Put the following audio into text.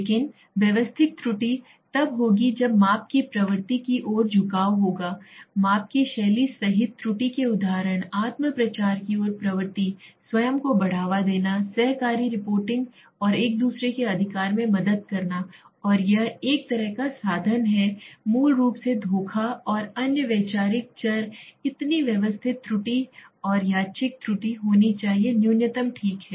लेकिन व्यवस्थित त्रुटि तब होगी जब माप की प्रवृत्ति की ओर झुकाव होगा माप की शैली सहित त्रुटि के उदाहरण आत्म प्रचार की ओर प्रवृत्ति स्वयं को बढ़ावा देना सहकारी रिपोर्टिंग और एक दूसरे के अधिकार में मदद करना और यह एक तरह का साधन है मूल रूप से धोखा और अन्य वैचारिक चर इतनी व्यवस्थित त्रुटि और यादृच्छिक त्रुटि होनी चाहिए न्यूनतम ठीक है